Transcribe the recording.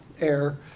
air